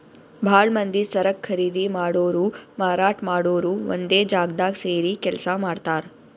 ಭಾಳ್ ಮಂದಿ ಸರಕ್ ಖರೀದಿ ಮಾಡೋರು ಮಾರಾಟ್ ಮಾಡೋರು ಒಂದೇ ಜಾಗ್ದಾಗ್ ಸೇರಿ ಕೆಲ್ಸ ಮಾಡ್ತಾರ್